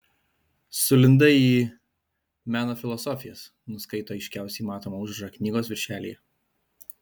sulindai į meno filosofijas nuskaito aiškiausiai matomą užrašą knygos viršelyje